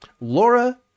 laura